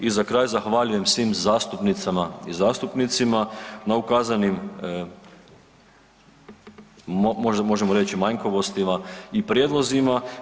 I za kraj, zahvaljujem svim zastupnicama i zastupnicima na ukazanim, možemo reći manjkavostima i prijedlozima.